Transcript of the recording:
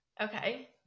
Okay